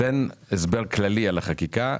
תן הסבר כללי על החקיקה,